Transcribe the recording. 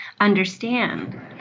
understand